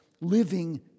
living